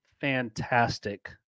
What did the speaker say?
fantastic